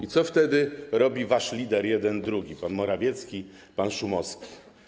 I co wtedy robi wasz lider, jeden, drugi, pan Morawiecki, pan Szumowski?